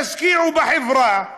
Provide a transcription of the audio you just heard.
תשקיעו בחברה הבדואית,